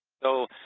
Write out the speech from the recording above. so